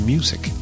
Music